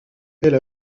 elle